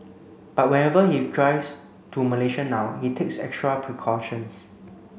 but whenever he drives to Malaysia now he takes extra precautions